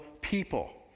people